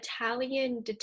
Italian